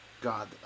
God